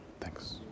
Thanks